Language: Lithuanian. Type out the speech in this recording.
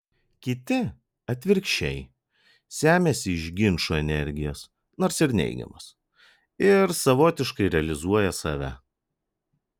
kiti atvirkščiai semiasi iš ginčų energijos nors ir neigiamos ir savotiškai realizuoja save